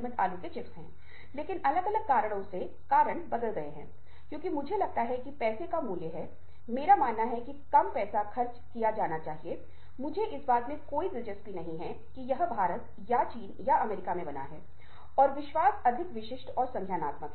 के पारस्परिक संचार का एक बहुत मजबूत आयाम हैसुनना बेहतर याद रखने में बेहतर तरीके से समझने में अथवा मुख्य अंको को कैसे प्रभावी ढंग से कैप्चर करने में लाभदायक है